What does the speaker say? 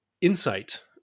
Insight